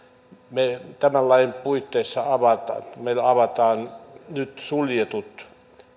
mielessä että tämän lain puitteissa meillä avataan nyt suljetut